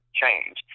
change